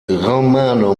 romano